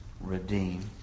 redeem